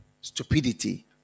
stupidity